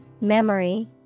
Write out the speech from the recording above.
memory